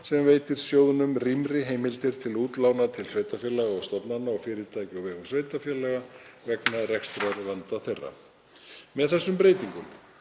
sem veitir sjóðnum rýmri heimildir til útlána til sveitarfélaga og stofnana og fyrirtækja á vegum sveitarfélaga vegna rekstrarvanda þeirra. Með þessum breytingum